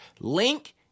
Link